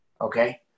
Okay